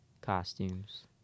costumes